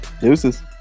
deuces